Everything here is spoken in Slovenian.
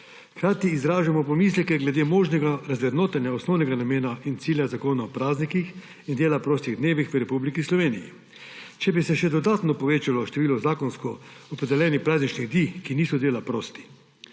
Hkrati izražamo pomisleke glede možnega razvrednotenja osnovnega namena in cilja Zakona o praznikih in dela prostih dnevih v Republiki Sloveniji, če bi se še dodatno povečalo število zakonsko opredeljenih prazničnih dni, ki niso dela prosti.